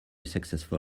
successful